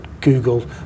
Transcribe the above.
Google